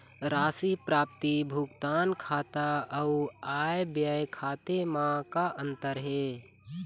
राशि प्राप्ति भुगतान खाता अऊ आय व्यय खाते म का अंतर हे?